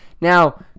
Now